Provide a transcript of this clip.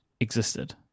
existed